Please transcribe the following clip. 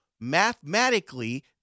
mathematically